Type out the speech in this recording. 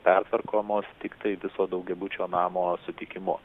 pertvarkomos tiktai viso daugiabučio namo sutikimu